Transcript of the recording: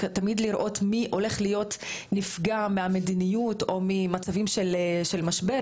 תמיד לראות מי הולך להיות נפגע מהמדיניות או ממצבים של משבר,